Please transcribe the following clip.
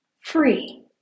free